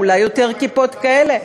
אולי יותר כיפות כאלה,